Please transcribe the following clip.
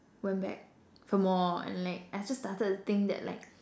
went back for more and like I just started to think that like